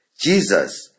Jesus